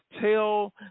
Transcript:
tell